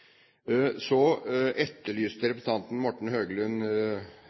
Så etterlyste representanten Morten Høglund